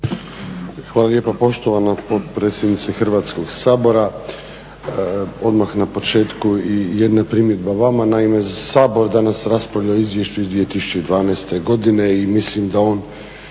Hvala lijepo poštovana potpredsjednica Hrvatskog sabora. Odmah na početku i jedna primjedba vama. Naime, Sabor danas raspravlja o izvješću iz 2012. godine i mislim da on